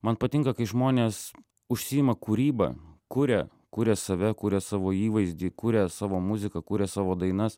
man patinka kai žmonės užsiima kūryba kuria kuria save kuria savo įvaizdį kuria savo muziką kuria savo dainas